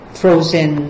frozen